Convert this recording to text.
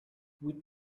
with